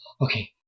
okay